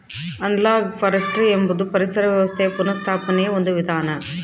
analogue forestry ಎಂಬುದು ಪರಿಸರ ವ್ಯವಸ್ಥೆಯ ಪುನಃಸ್ಥಾಪನೆಯ ಒಂದು ವಿಧಾನ